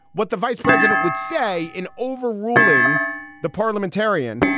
what the vice president would say in overruling the parliamentarian,